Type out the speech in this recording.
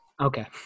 Okay